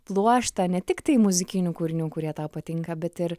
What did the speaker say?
pluoštą ne tiktai muzikinių kūrinių kurie tau patinka bet ir